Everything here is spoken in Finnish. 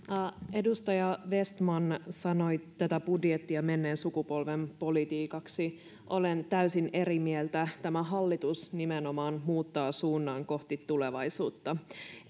edustaja vestman sanoi tätä budjettia menneen sukupolven politiikaksi olen täysin eri mieltä tämä hallitus nimenomaan muuttaa suunnan kohti tulevaisuutta